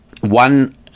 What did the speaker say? one